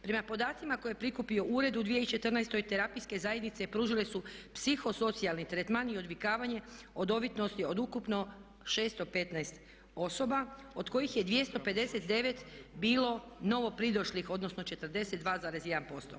Prema podacima koje je prikupio ured u 2014. terapijske zajednice pružile su psihosocijalni tretman i odvikavanje od ovisnosti od ukupno 615 osoba od kojih je 259 bilo novo pridošlih, odnosno 42,1%